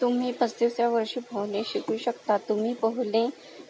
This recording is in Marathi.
तुम्ही पस्तीसव्या वर्षी पोहणे शिकू शकता तुम्ही पोहणे